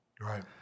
Right